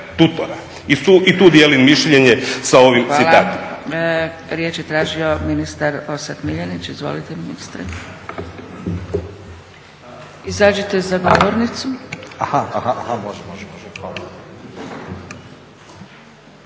I tu dijelim mišljenje sa ovim citatom.